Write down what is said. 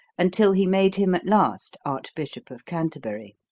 until he made him at last archbishop of canterbury.